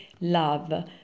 love